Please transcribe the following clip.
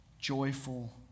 joyful